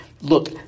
Look